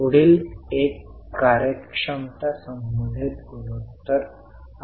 पुढील एक कार्यक्षमता संबंधित गुणोत्तर आहेत